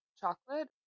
chocolate